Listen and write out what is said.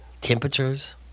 temperatures